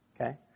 Okay